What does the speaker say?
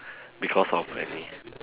because of any